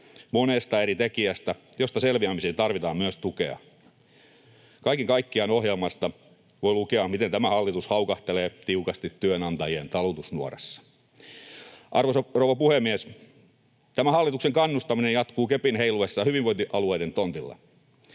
monesta eri tekijästä, joista selviämiseen tarvitaan myös tukea. Kaiken kaikkiaan ohjelmasta voi lukea, miten tämä hallitus haukahtelee tiukasti työnantajien talutusnuorassa. Arvoisa rouva puhemies! Tämä hallituksen kannustaminen jatkuu kepin heiluessa hyvinvointialueiden tontilla.